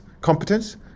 competence